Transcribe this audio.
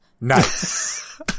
Nice